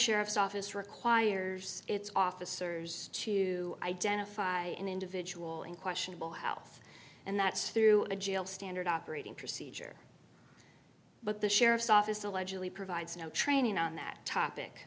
sheriff's office requires its officers to identify an individual in question will health and that's through a jail standard operating procedure but the sheriff's office allegedly provides no training on that topic